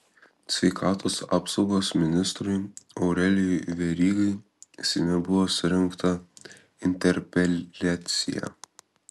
sveikatos apsaugos ministrui aurelijui verygai seime buvo surengta interpeliacija